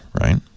right